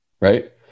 right